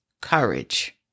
courage